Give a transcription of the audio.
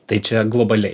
tai čia globaliai